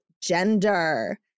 gender